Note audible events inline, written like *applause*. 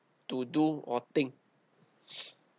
to do or think *breath*